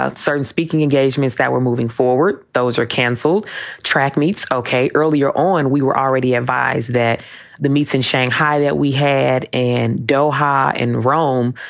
ah certain speaking engagements that were moving forward, those are canceled track meets. ok. earlier on, we were already advised that the meeting in shanghai that we had and doha in rome,